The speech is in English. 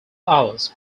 hours